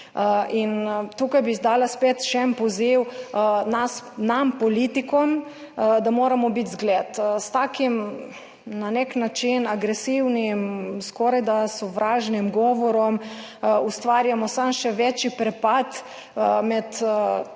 Tukaj bi dala spet še en poziv nam politikom, da moramo biti zgled. S takim, na nek način agresivnim, skorajda sovražnim govorom ustvarjamo samo še večji prepad med